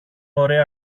ωραία